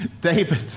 David